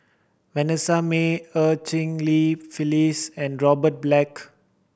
Vanessa Mae Eu Cheng Li Phyllis and Robert Black